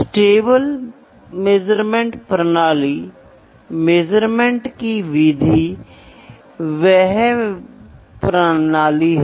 तो आपके पास मानक ज्ञात मात्राएं हैं और यहां आप जो करते हैं वह माप की प्रक्रिया होती है जो कि तुलना है